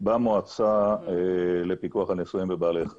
במועצה לפיקוח על ניסויים בבעלי חיים.